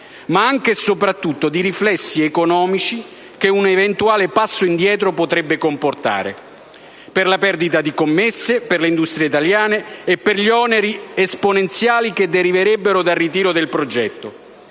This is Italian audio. ma anche e soprattutto di riflessi economici che un eventuale passo indietro potrebbe comportare, per la perdita di commesse per le industrie italiane e per gli oneri, esponenziali, che deriverebbero dal ritiro dal progetto.